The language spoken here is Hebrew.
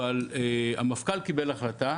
אבל המפכ"ל קיבל החלטה